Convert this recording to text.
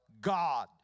God